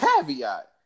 caveat